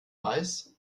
weiß